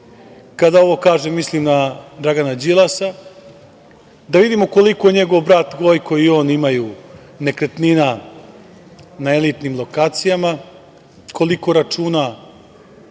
Kada ovo kažem mislim na Dragana Đilasa, da vidimo koliko njegov brat Gojko i on imaju nekretnina na elitnim lokacijama, koliko računa